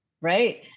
right